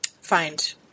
find